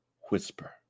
whisper